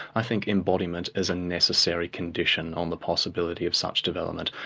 i think embodiment is a necessary condition on the possibility of such development.